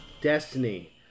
Destiny